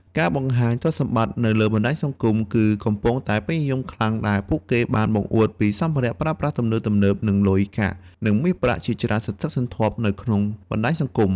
ការបង្ហាញទ្រព្យសម្បត្តិនៅលើបណ្តាញសង្គមគឺកំពុងតែពេញនិយមខ្លាំងដែលពួកគេបានបង្អួតពីសម្ភារៈប្រើប្រាស់ទំនើបៗនិងលុយកាក់និងមាសប្រាក់ជាច្រើនសន្ធឹកសន្ធាប់នៅក្នុងបណ្តាញសង្គម។